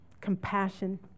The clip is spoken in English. compassion